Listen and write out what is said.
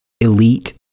elite